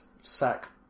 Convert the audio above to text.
sack